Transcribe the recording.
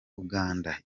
uganda